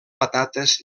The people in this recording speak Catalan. patates